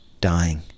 dying